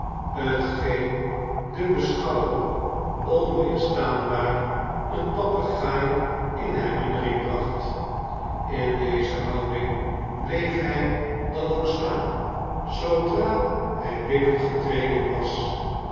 t geen den beschouwer onweerstaanbaar eene papegaai in herinnering bracht in deze houding bleef hij dan ook staan zoodra hij binnengetreden was